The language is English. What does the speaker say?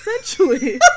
essentially